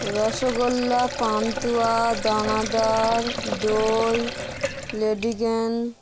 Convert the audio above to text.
রসগোল্লা পান্তুয়া দানাদার দই লেডিকেনি